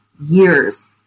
years